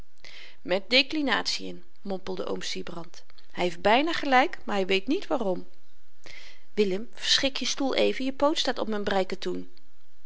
met deklinatien mompelde oom sybrand hy heeft byna gelyk maar hy weet niet waarom willem verschik je stoel even je poot staat op m'n breikatoen